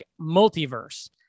multiverse